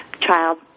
child